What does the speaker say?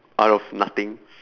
out of nothing